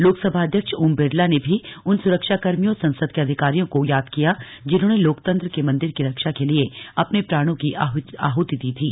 लोकसभा अध्यक्ष ओम बिरला ने भी उन सुरक्षाकर्मियों और संसद के अधिकारियों को याद किया जिन्होंने लोकतंत्र के मंदिर की रक्षा के लिए अपने प्राणों की आहुति दी थी